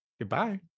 goodbye